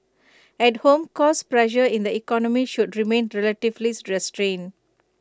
at home cost pressures in the economy should remain relatively restrained